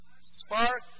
Spark